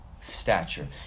stature